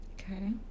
Okay